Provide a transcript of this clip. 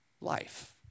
life